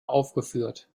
aufgeführt